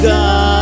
God